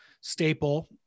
staple